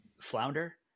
flounder